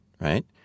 right